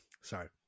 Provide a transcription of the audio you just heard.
sorry